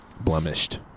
blemished